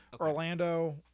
Orlando